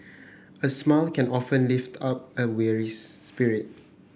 a smile can often lift up a weary spirit